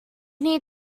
need